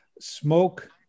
smoke